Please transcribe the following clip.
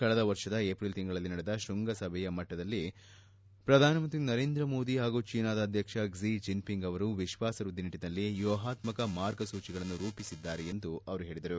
ಕಳೆದ ವರ್ಷದ ಏಪ್ರಿಲ್ ತಿಂಗಳಲ್ಲಿ ನಡೆದ ಶ್ವಂಗಮಟ್ಲದ ಸಭೆಯಲ್ಲಿ ಶ್ರಧಾನಮಂತ್ರಿ ನರೇಂದ್ರ ಮೋದಿ ಹಾಗೂ ಚೀನಾದ ಅಧ್ಯಕ್ಷ ಕ್ಕಿ ಜಿನ್ ಪಿಂಗ್ ಅವರು ವಿಶ್ವಾಸ ವೃದ್ದಿ ನಿಟ್ಟನಲ್ಲಿ ವ್ಯೂಹಾತ್ಸಾಕ ಮಾರ್ಗಸೂಚಿಗಳನ್ನು ರೂಪಿಸಿದ್ದಾರೆ ಎಂದು ಅವರು ಹೇಳದರು